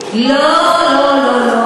לא לא לא,